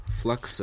flux